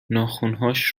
ناخنهاش